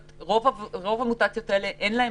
לרוב המוטציות האלה אין משמעות.